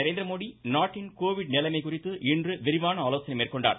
நரேந்திரமோடி நாட்டின் கோவிட் நிலைமை குறித்து இன்று விரிவான ஆலோசனை மேற்கொண்டார்